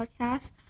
podcast